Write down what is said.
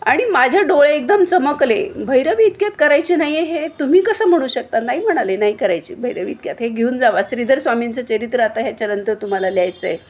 आणि माझ्या डोळे एकदम चमकले भैरवी इतक्यात करायची नाही आहे हे तुम्ही कसं म्हणू शकता नाही म्हणाले नाही करायची भैरवी इतक्यात हे घेऊन जावा श्रीधर स्वामींचं चरित्र आता याच्यानंतर तुम्हाला लिहायचं आहे